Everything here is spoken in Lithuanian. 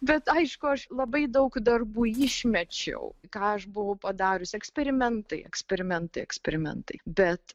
bet aišku aš labai daug darbų išmečiau ką aš buvau padariusi eksperimentai eksperimentai eksperimentai bet